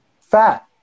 fat